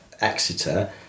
Exeter